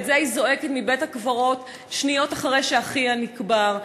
ואת זה היא זועקת מבית-הקברות שניות אחרי שאחיה נקבר.